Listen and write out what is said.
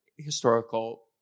historical